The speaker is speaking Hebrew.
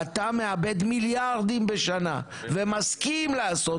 אתה מאבד מיליארדים בשנה ומסכים לעשות